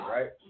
Right